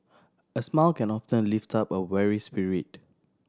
a smile can often lift up a weary spirit